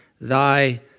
thy